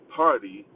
party